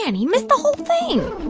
and he missed the whole thing